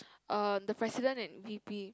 err the president and v_p